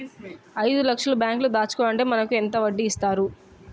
ఐదు లక్షల బ్యాంక్లో దాచుకుంటే మనకు ఎంత వడ్డీ ఇస్తారు?